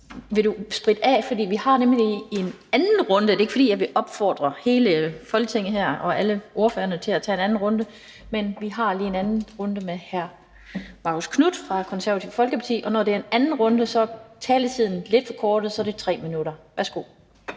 Og det er ikke, fordi jeg vil opfordre hele Folketinget her og alle ordførerne til at tage en runde mere, men vi har lige en anden runde med hr. Marcus Knuth fra Det Konservative Folkeparti. Når det er en anden runde, er taletiden lidt forkortet, så